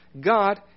God